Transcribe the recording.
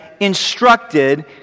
instructed